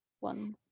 ones